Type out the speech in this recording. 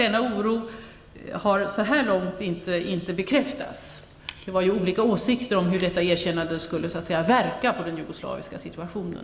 Denna oro har alltså så här långt inte bekräftats. Det var ju olika åsikter om hur detta erkännande skulle inverka på den jugoslaviska situationen.